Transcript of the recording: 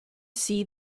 see